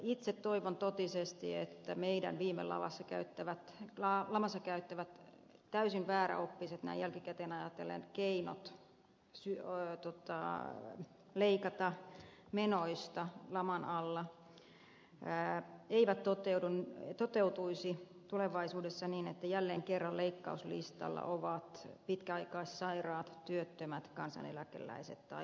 itse toivon totisesti että meidän viime lamassa käyttämämme näin jälkikäteen ajatellen täysin vääräoppiset keinot leikata menoista laman alla eivät toteutuisi tulevaisuudessa niin että jälleen kerran leikkauslistalla ovat pitkäaikaissairaat työttömät kansaneläkeläiset tai lapset